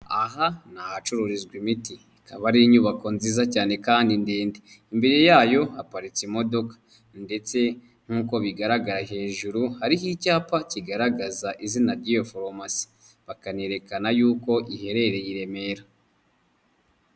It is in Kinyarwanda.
Aha ni ahacururizwa imiti ikaba ari inyubako nziza cyane kandi ndende, imbere yayo haparitse imodoka ndetse nk'uko bigaragara hejuru hariho icyapa kigaragaza izina ry'iyo pharmacy, bakanerekana y'uko iherereye i Remera.